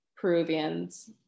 Peruvians